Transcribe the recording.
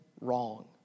wrong